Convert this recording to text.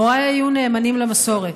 הוריי היו נאמנים למסורת.